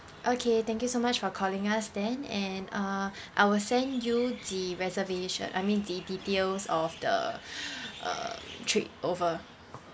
okay thank you so much for calling us then and uh I will send you the reservation I mean the details of the um trip over